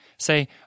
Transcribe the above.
Say